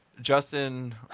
Justin